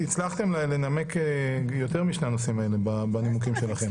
הצלחתם לנמק יותר משני הנושאים האלו בנימוקים שלכם.